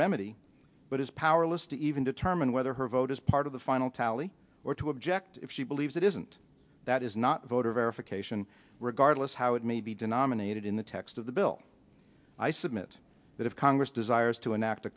remedy but is powerless to even determine whether her vote is part of the final tally or to object if she believes it isn't that is not voter verification regardless how it may be denominated in the text of the bill i submit that if congress desires to enact